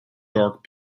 dark